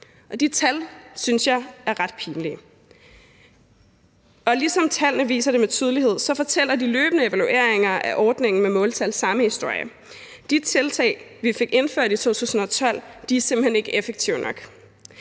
De tal synes jeg er ret pinlige! Ligesom tallene viser det med tydelighed, fortæller de løbende evalueringer af ordningen med måltal samme historie. De tiltag, vi fik indført i 2012, er simpelt hen ikke effektive nok,